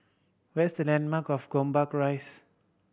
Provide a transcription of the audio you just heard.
where is the landmark of Gombak Rise